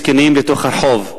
זקנים לרחוב.